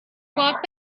walked